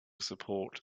support